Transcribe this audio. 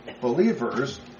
believers